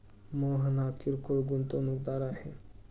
मोहन हा किरकोळ गुंतवणूकदार आहे